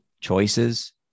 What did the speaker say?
Choices